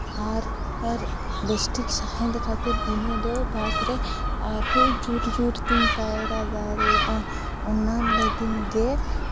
ᱟᱨ ᱵᱮᱥ ᱴᱷᱤᱠ ᱥᱟᱦᱮᱸᱫ ᱠᱟᱛᱮ ᱤᱧᱫᱚ ᱵᱟᱫ ᱨᱮ ᱟᱨᱦᱚᱸ ᱡᱳᱨ ᱡᱳᱨ ᱛᱤᱧ ᱯᱟᱭᱨᱟ ᱫᱟᱲᱮᱭᱟᱜᱼᱟ ᱚᱱᱟ ᱞᱟᱹᱜᱤᱫ ᱜᱮ